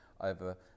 over